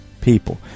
people